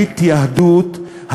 ההתייהדות,